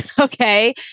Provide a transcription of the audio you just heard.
okay